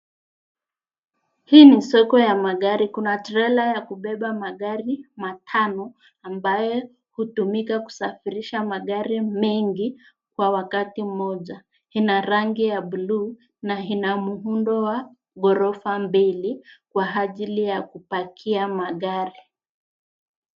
Hii ni soko ya magari. Kuna trela ya kubeba matano ambaye utumika kusafirisha magari mengi Kwa wakati moja ina rangi ya bulu na ina muhundo wa korofa mbili Kwa hajili ya kupakia magari.